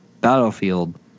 Battlefield